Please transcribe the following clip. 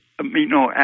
amino